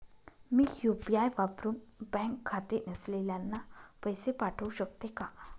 मी UPI वापरुन bank खाते नसलेल्यांना पैसे पाठवू शकते का?